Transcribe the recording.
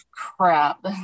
crap